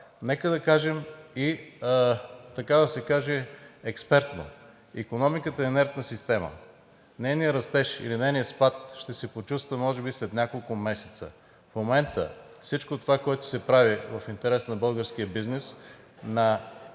нека да кажем и така да се каже – експертно: икономиката е инертна система. Нейният растеж или нейният спад ще се почувства може би след няколко месеца. В момента всичко това, което се прави в интерес на българския бизнес, на